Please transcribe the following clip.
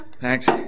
Thanks